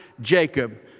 Jacob